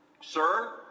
Sir